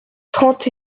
trente